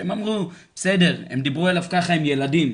הם אמרו, בסדר, הם דיברו אליו ככה, הם ילדים.